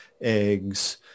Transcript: eggs